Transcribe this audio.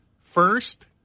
first